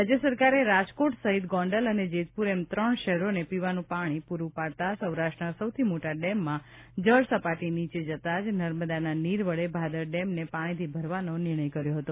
રાજ્ય સરકારે રાજકોટ સહિત ગોંડલ અને જેતપુર એમ ત્રણ શહેરોને પીવાનું પાણી પૂર્ પાડતાં સૌરાષ્ટ્રના સૌથી મોટા ડેમમાં જળ સપાટી નીચે જતાં જ નર્મદાના નીર વડે ભાદર ડેમને પાણીથી ભરવાનો નિર્ણય કર્યો હતો